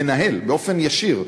מנהל באופן ישיר.